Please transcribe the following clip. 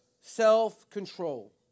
self-control